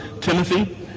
Timothy